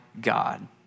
God